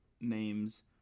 names